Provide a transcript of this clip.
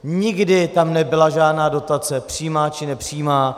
Nikdy tam nebyla žádná dotace, přímá či nepřímá.